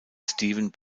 steven